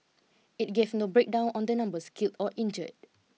it gave no breakdown on the numbers killed or injured